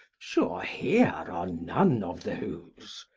sure here are none of those.